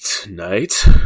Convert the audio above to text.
Tonight